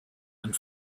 and